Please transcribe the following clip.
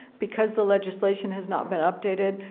because the legislation has not been updated,